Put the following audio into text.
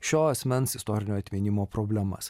šio asmens istorinio atminimo problemas